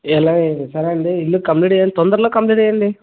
ఎలాగండి సరే అండి ఇల్లు కంప్లీట్ చేయండి తొందరలో కంప్లీట్ చేయండి